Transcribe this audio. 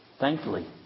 Thankfully